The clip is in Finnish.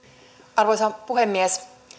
arvoisa puhemies